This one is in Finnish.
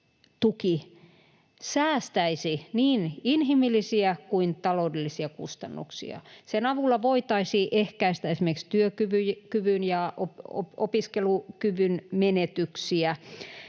säästäisi niin inhimillisiä kuin taloudellisia kustannuksia. Sen avulla voitaisiin ehkäistä esimerkiksi työkyvyn ja opiskelukyvyn menetyksiä,